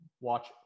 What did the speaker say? Watch